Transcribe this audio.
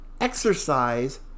exercise